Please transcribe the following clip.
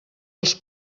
els